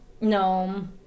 No